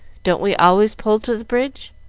don't we always pull to the bridge?